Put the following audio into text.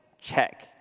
check